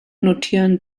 notieren